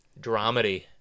Dramedy